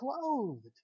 clothed